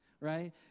right